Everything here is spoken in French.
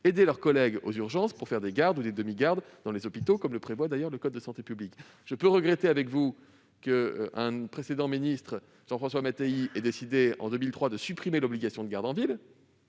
aider leurs collègues aux urgences, en assurant des gardes ou des demi-gardes dans les hôpitaux, comme le prévoit d'ailleurs le code de la santé publique. Comme vous, je regrette qu'un précédent ministre de la santé, Jean-François Mattéi, ait décidé en 2003 de supprimer l'obligation des gardes en ville,